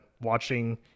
watching